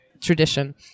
Tradition